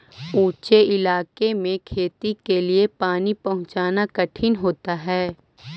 ऊँचे इलाके में खेती के लिए पानी पहुँचाना कठिन होता है